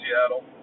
Seattle